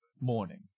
morning